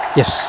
yes